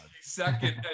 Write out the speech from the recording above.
Second